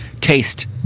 taste